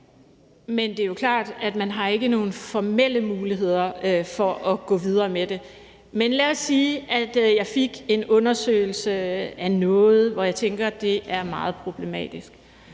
Det er jo klart, at man ikke har nogen formelle muligheder for at gå videre med det. Men lad os sige, at en undersøgelse viser noget, hvor jeg tænker, at det er meget problematisk.